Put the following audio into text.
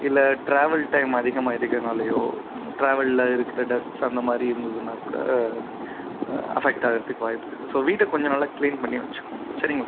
இல்லை travel time அதிகமாக இருக்கிறதுனாலையோ ட்ராவலில் இருக்கிற டஸ்ட்ஸ் அந்த மாதிரி இருந்துதுன்னா கூட அஃபெட் ஆகுறதுக்கு வாய்ப்பு இருக்கு ஸோ வீட்டை கொஞ்சம் நல்லா க்ளீன் பண்ணி வச்சுக்கோங்க சரிங்களா